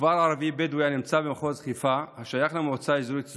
כפר ערבי בדואי הנמצא במחוז חיפה השייך למועצה אזורית זבולון,